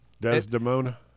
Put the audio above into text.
Desdemona